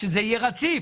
שזה יהיה רציף.